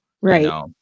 Right